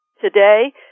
today